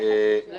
אני